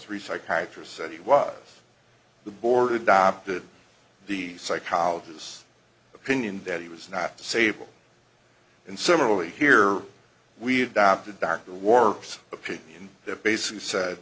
three psychiatry's said he was the board adopted the psychologist opinion that he was not disabled and similarly here we adopted back the war of opinion that basically said